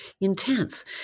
intense